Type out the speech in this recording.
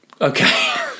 Okay